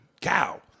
cow